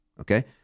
okay